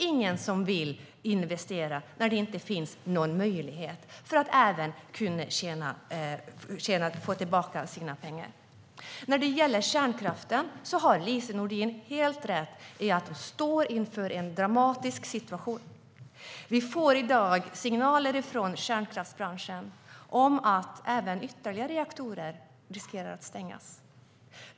Ingen vill investera när det inte finns någon möjlighet att få tillbaka sina pengar. När det gäller kärnkraften har Lise Nordin helt rätt i att vi står inför en dramatisk situation. Vi får signaler från kärnkraftsbranschen om att ytterligare reaktorer riskerar att stängas.